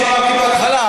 כמו שאמרתי בהתחלה,